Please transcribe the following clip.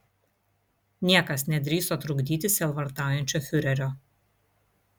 niekas nedrįso trukdyti sielvartaujančio fiurerio